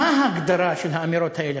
מה ההגדרה של האמירות האלה,